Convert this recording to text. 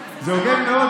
זה הוגן מאוד,